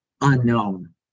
unknown